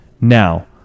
Now